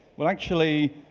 well actually,